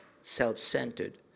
self-centered